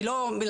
אני לא מלגלגת,